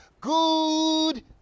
good